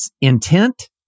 intent